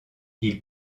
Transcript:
ils